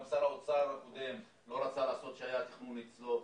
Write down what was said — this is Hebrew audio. גם שר האוצר הקודם לא רצה לעשות כשהתכנון היה אצלו.